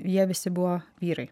jie visi buvo vyrai